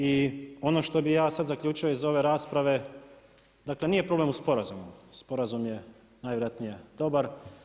I ono što bi ja sad zaključio iz ove rasprave, dakle nije problem u sporazumu, sporazum je najvjerojatnije dobar.